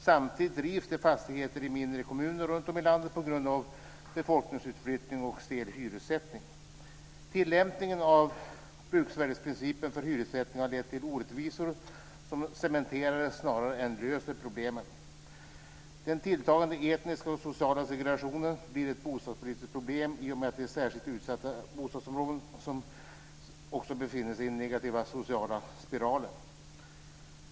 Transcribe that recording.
Samtidigt rivs fastigheter i mindre kommuner runtom i landet på grund av befolkningsutflyttning och en stel hyressättning. Tillämpningen av bruksvärdesprincipen för hyressättning har lett till orättvisor som cementerar snarare än löser problemen. Den tilltagande etniska och sociala segregationen blir ett bostadspolitiskt problem i och med att särskilt utsatta bostadssområden också befinner sig i en negativ social spiral.